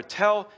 tell